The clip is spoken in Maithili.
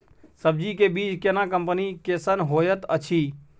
सब्जी के बीज केना कंपनी कैसन होयत अछि?